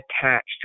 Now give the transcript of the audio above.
attached